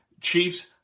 Chiefs